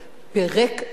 פירק את הליכוד,